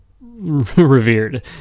revered